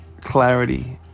clarity